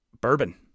bourbon